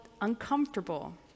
uncomfortable